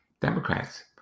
Democrats